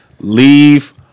Leave